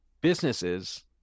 businesses